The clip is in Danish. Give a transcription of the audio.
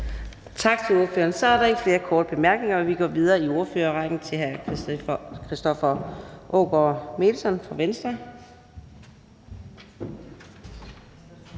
Tak til ordføreren. Så er der ikke flere korte bemærkninger. Vi går videre i ordførerrækken til hr. Christoffer Aagaard Melson fra Venstre.